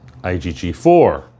IgG4